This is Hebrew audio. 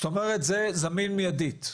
זאת אומרת, זה זמין מיידית?